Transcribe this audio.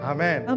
Amen